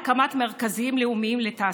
לצה"ל?